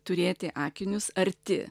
turėti akinius arti